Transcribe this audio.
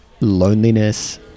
loneliness